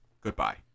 Goodbye